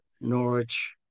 Norwich